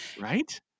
Right